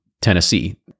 Tennessee